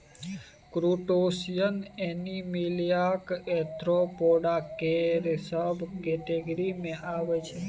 crustacean एनीमिलियाक arthropoda केर सब केटेगिरी मे अबै छै